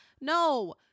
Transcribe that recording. No